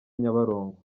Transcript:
nyabarongo